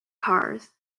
cars